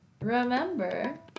remember